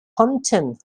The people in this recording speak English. hunting